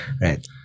right